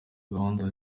gahunda